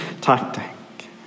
tactic